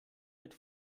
mit